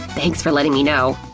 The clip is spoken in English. thanks for letting me know.